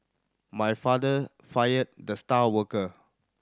my father fired the star worker